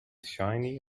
shiny